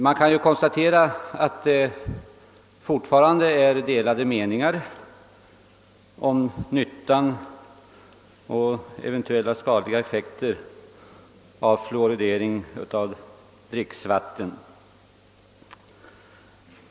Man kan finna att det fortfarande råder delade meningar om nyttiga och eventuella skadliga effekter av fluoridering av dricksvatten.